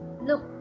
Look